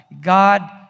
God